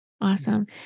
Awesome